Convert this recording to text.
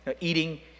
eating